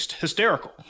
hysterical